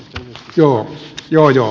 joo joo jo